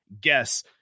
guess